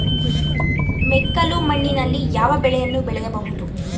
ಮೆಕ್ಕಲು ಮಣ್ಣಿನಲ್ಲಿ ಯಾವ ಬೆಳೆಯನ್ನು ಬೆಳೆಯಬಹುದು?